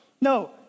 No